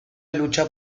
lucha